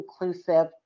inclusive